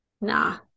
nah